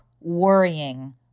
worrying